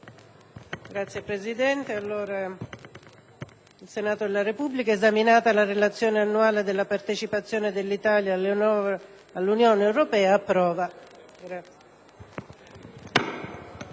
finestra"). Il Senato della Repubblica, esaminata la Relazione annuale sulla partecipazione dell'Italia all'Unione europea (*Doc.*